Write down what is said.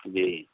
जी